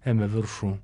ėmė viršų